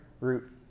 root